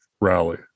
rally